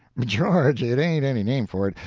george! it ain't any name for it.